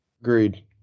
Agreed